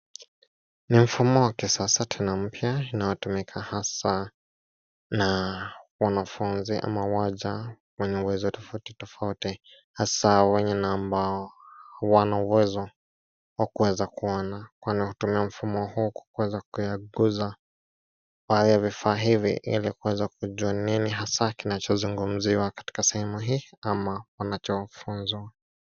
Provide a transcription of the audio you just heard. Ni mfumo wa kisasa tena mpya inayotumika hasaa na wanafunzi ama waja wenye uwezo tofauti tofauti. Hasaa wengine ambao wana uwezo wa kuweza kuona, kwani hutumia mfumo huu kuweza kuyaguza baadhi ya vifaa hivi ilikuweza kujua ni nini hasaa kinachozungumziwa katika sehemu hii ama wanachofunzwa.